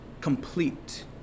complete